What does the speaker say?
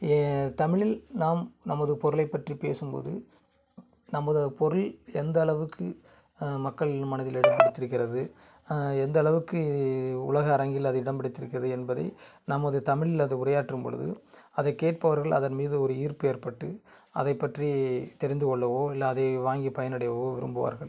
ஏ தமிழில் நாம் நமது பொருளை பற்றி பேசும் போது நமது பொருள் எந்த அளவுக்கு மக்கள் மனதில் இடம் பிடித்திருக்கிறது எந்த அளவுக்கு உலக அரங்கில் அது இடம் பிடித்திருக்கிறது என்பதை நமது தமிழ்ல அது உரையாற்றும்பொழுது அதை கேட்பவர்கள் அதன் மீது ஒரு ஈர்ப்பு ஏற்பட்டு அதை பற்றி தெரிந்துக்கொள்ளவோ இல்லை அதை வாங்கி பயனடையவோ விரும்புவார்கள்